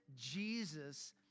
Jesus